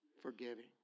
Forgiving